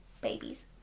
babies